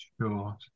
Sure